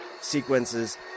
sequences